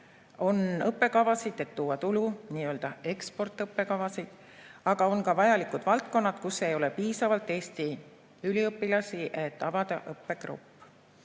On õppekavad tulu toomiseks, n-ö eksportõppekavad, aga on ka vajalikud valdkonnad, kus ei ole piisavalt Eesti üliõpilasi, et avada õppegrupp.